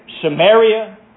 Samaria